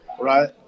Right